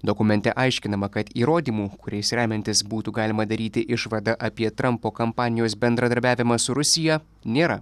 dokumente aiškinama kad įrodymų kuriais remiantis būtų galima daryti išvadą apie trampo kampanijos bendradarbiavimą su rusija nėra